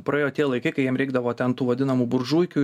praėjo tie laikai kai jiem reikdavo ten tų vadinamų buržuikių